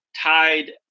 tied